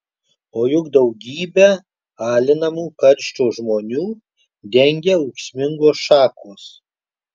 o juk daugybę alinamų karščio žmonių dengia ūksmingos šakos